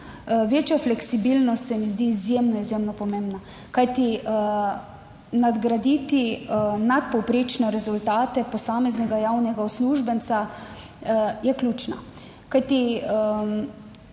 Večja fleksibilnost se mi zdi izjemno, izjemno pomembna. Kajti, nadgraditi nadpovprečne rezultate posameznega javnega uslužbenca je ključna.